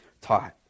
taught